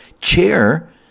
chair